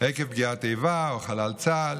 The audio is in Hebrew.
עקב פגיעת איבה או של חלל צה"ל,